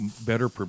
better